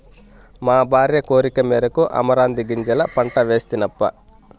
మా భార్య కోరికమేరకు అమరాంతీ గింజల పంట వేస్తినప్పా